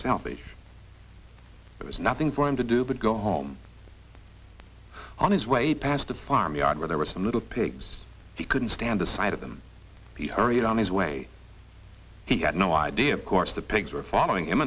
selfish there is nothing for him to do but go home on his way past the farm yard where there was some little pigs he couldn't stand the sight of them he hurried on his way he had no idea of course the pigs were following him